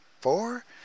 Four